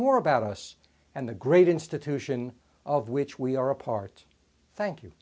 more about us and the great institution of which we are a part thank you